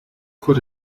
could